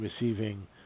receiving